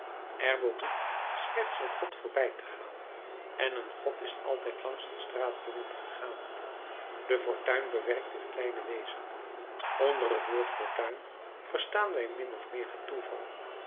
er behoeft slechts een god voorbij te gaan en een god is altijd langs een straatjongen gegaan de fortuin bewerkt dit kleine wezen onder het woord fortuin verstaan wij min of meer het toeval